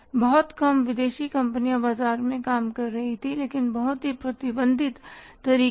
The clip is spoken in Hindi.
बहुत कम विदेशी कंपनियां बाजार में काम कर रही थीं लेकिन बहुत ही प्रतिबंधित तरीके से